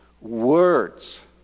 words